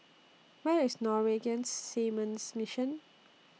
Where IS Norwegian Seamen's Mission